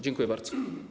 Dziękuję bardzo.